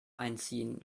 einziehen